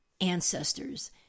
ancestors